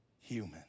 human